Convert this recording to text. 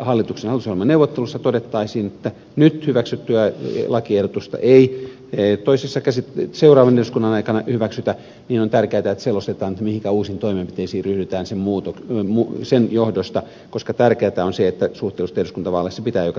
hallituksen hallitusohjelmaneuvotteluissa todettaisiin että nyt hyväksyttyä lakiehdotusta ei seuraavan eduskunnan aikana hyväksytä että selostetaan mihinkä uusiin toimenpiteisiin ryhdytään sen johdosta koska tärkeätä on se että suhteellisuutta eduskuntavaaleissa pitää joka tapauksessa parantaa